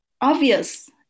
obvious